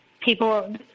People